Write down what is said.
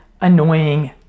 annoying